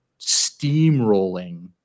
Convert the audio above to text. steamrolling